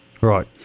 Right